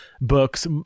books